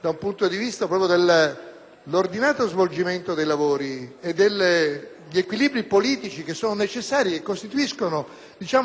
dal punto di vista proprio dell'ordinato svolgimento dei lavori e degli equilibri politici che sono necessari e costituiscono